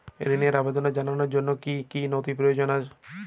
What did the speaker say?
ঋনের আবেদন জানানোর জন্য কী কী নথি প্রয়োজন?